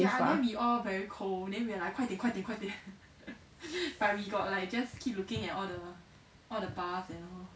far